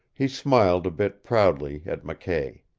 he smiled a bit proudly at mckay.